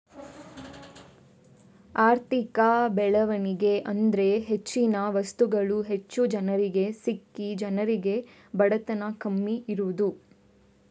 ಆರ್ಥಿಕ ಬೆಳವಣಿಗೆ ಅಂದ್ರೆ ಹೆಚ್ಚಿನ ವಸ್ತುಗಳು ಹೆಚ್ಚು ಜನರಿಗೆ ಸಿಕ್ಕಿ ಜನರಿಗೆ ಬಡತನ ಕಮ್ಮಿ ಇರುದು